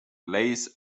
lace